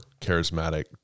charismatic